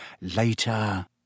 Later